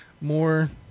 more